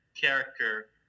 character